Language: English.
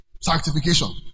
sanctification